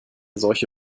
solche